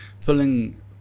Pulling